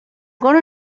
going